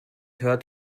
heard